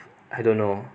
I don't know